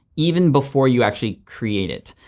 even before you actually create it.